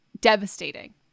devastating